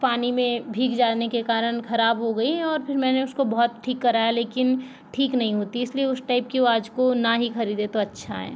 पानी में भीग जाने के कारण खराब हो गई और फिर मैंने उसको बहुत ठीक कराया लेकिन ठीक नहीं होती इसलिए उस टाइप की वॉच को ना ही खरीदें तो अच्छा है